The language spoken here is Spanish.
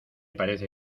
parece